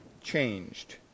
changed